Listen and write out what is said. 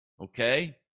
okay